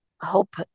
hope